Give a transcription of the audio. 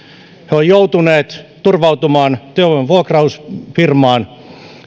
he ovat joutuneet turvautumaan työvoimanvuokrausfirmaan